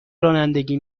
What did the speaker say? رانندگی